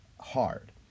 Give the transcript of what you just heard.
hard